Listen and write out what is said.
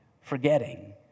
Forgetting